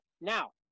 Now